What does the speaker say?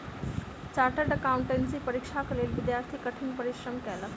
chartered accountancy परीक्षाक लेल विद्यार्थी कठिन परिश्रम कएलक